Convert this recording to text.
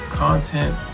Content